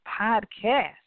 podcast